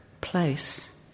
place